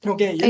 Okay